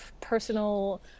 personal